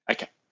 Okay